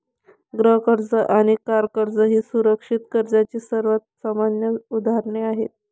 गृह कर्ज आणि कार कर्ज ही सुरक्षित कर्जाची सर्वात सामान्य उदाहरणे आहेत